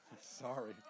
Sorry